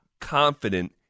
confident